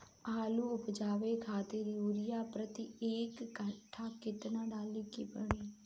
आलू उपजावे खातिर यूरिया प्रति एक कट्ठा केतना डाले के पड़ी?